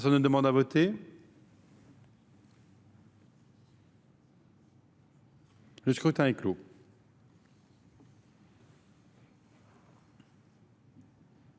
Personne ne demande plus à voter ?… Le scrutin est clos.